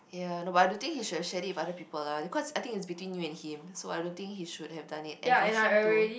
ya no but I don't think he should have shared it with other people lah because I think it's between you and him so I don't think he should have done it and for him to